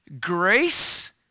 Grace